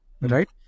Right